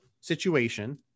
situation